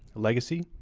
legacy,